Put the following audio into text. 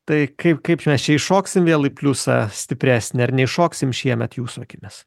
tai kaip kaip mes čia įšoksim vėl į pliusą stipresnį ar neiššoksim šiemet jūsų akimis